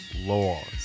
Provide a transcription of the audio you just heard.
Laws